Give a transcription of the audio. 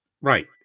Right